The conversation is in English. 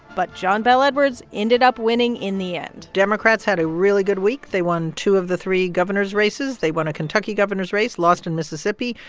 but john bel edwards ended up winning in the end democrats had a really good week. they won two of the three governor's races. they won a kentucky governor's race, lost in mississippi,